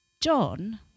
John